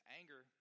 anger